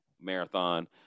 marathon